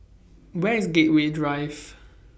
Where IS Gateway Drive